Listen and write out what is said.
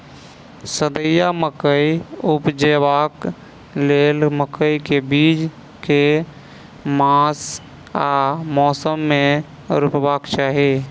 भदैया मकई उपजेबाक लेल मकई केँ बीज केँ मास आ मौसम मे रोपबाक चाहि?